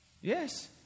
Yes